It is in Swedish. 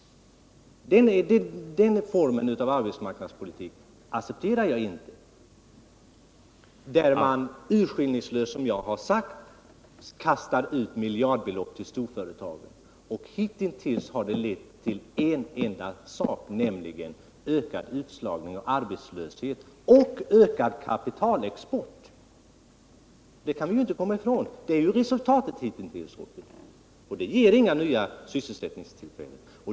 Den formen av arbetsmarknadspolitik accepterar jag inte. Som jag sagt kastar man där urskillningslöst ut miljardbelopp till storföretagen. Hitintills har det lett till en enda sak, nämligen ökad utslagning och arbetslöshet samt ökad kapitalexport. Det kan man inte komma ifrån. Det är resultatet hittills, och det ger inga nya sysselsättningstillfällen.